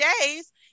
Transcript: days